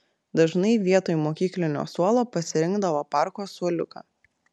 dažnai vietoj mokyklinio suolo pasirinkdavo parko suoliuką